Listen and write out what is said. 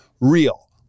real